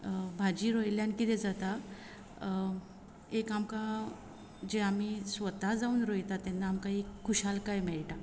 भाजी रोयल्यान किदें जाता एक आमकां जे आमी स्वता जावन रोयता तेन्ना आमकां एक खुशालकाय मेळटा